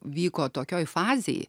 vyko tokioj fazėj